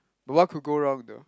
but what could go wrong though